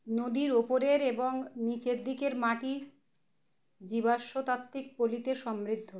নদীর ওপরের এবং নিচের দিকের মাটির জীবাশ্মতাত্ত্বিক পলিতে সমৃদ্ধ